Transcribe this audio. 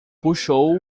puxou